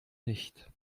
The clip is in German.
nicht